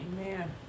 Amen